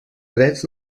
drets